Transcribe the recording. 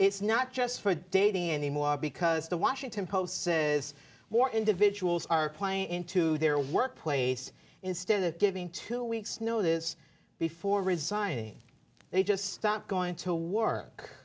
it's not just for dating anymore because the washington post says more individuals are playing into their workplace instead of giving two weeks notice before resigning they just stop going to work